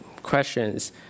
Questions